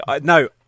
no